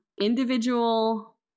individual